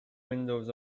windows